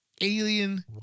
Alien